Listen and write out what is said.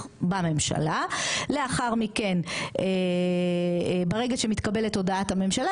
בממשלה לאחר מכן ברגע שמתקבלת הודעת הממשלה,